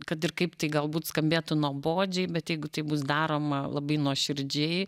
kad ir kaip tai galbūt skambėtų nuobodžiai bet jeigu tai bus daroma labai nuoširdžiai